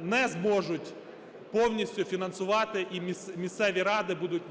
не зможуть повністю фінансувати, і місцеві ради будуть